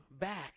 back